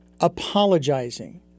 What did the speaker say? apologizing